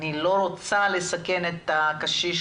אני לא רוצה לסכן את הקשיש,